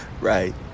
right